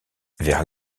vers